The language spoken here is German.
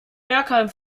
bergheim